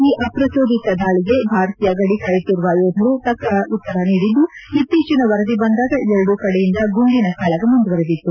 ಈ ಅಪ್ರಜೋದಿತ ದಾಳಗೆ ಭಾರತೀಯ ಗಡಿ ಕಾಯುತ್ತಿರುವ ಯೋಧರು ತಕ್ಕ ಉತ್ತರ ನೀಡಿದ್ದು ಇತ್ತೀಚಿನ ವರದಿ ಬಂದಾಗ ಎರಡೂ ಕಡೆಯಿಂದ ಗುಂಡಿನ ಕಾಳಗ ಮುಂದುವರಿದಿತ್ತು